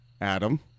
Adam